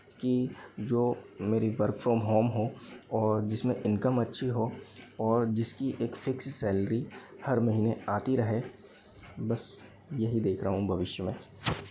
की जो मेरी वर्क फ्रॉम होम हो और जिसमें इनकम अच्छी हो और जिसकी एक फिक्स सैलेरी हर महीने आती रहे बस यही देख रहा हूँ भविष्य में